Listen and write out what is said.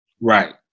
Right